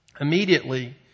immediately